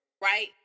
right